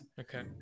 Okay